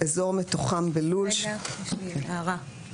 הערה.